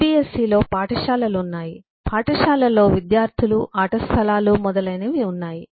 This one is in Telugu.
సిబిఎస్ఇలో పాఠశాలలు ఉన్నాయి పాఠశాలల్లో విద్యార్థులు ఆట స్థలాలు మరియు మొదలైనవి ఉన్నాయి